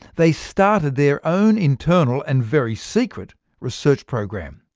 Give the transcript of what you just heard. they started their own internal and very secret research program.